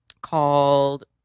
called